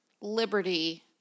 Liberty